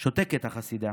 // שותקת חסידה,